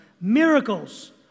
Miracles